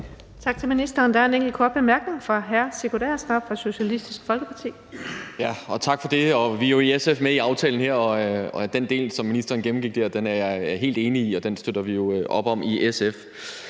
Tak til ministeren. Der er en enkelt kort bemærkning fra hr. Sigurd Agersnap fra Socialistisk Folkeparti. Kl. 13:53 Sigurd Agersnap (SF): Tak for det. Vi er jo i SF med i aftalen her, og den del, som ministeren der gennemgik, er jeg helt enig i, og den støtter vi i SF op om.